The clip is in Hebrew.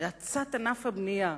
האצת ענף הבנייה.